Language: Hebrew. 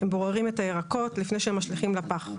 הם בוררים את הירקות לפני שהם משליכים לפח,